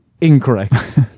Incorrect